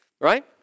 right